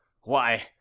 Why